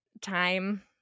time